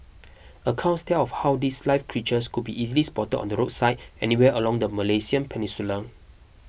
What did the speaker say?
accounts tell of how these live creatures could be easily spotted on the roadside anywhere along the Malaysian peninsula